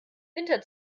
winter